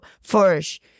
first